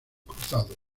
cruzados